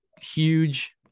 huge